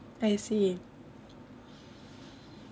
I see